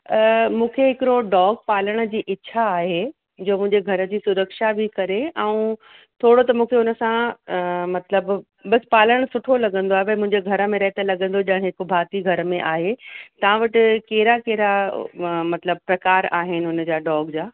मूंखे हिकिड़ो डॉग पालण जी इच्छा आहे जो मुंहिंजे घर जी रक्षा भी करे ऐं थोरो त मूंखे उन सां मतिलब बसि पालण सुठो लॻंदो आहे भई मुंहिंजे घर में रहे त लॻंदो ॼणु हिकु भाती घर में आहे तव्हां वटि कहिड़ा कहिड़ा मतिलब प्रकार आहिनि उन जा डॉग जा